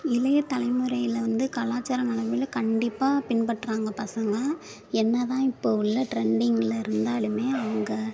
இளைய தலைமுறையில் வந்து கலாச்சாரம் நெலைமைல கண்டிப்பாக பின்பற்றாங்க பசங்கள் என்ன தான் இப்போ உள்ள ட்ரெண்டிங்கில் இருந்தாலும் அவங்க